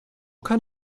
kann